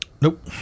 Nope